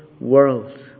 world